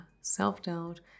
Self-doubt